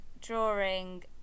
drawing